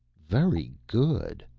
very good.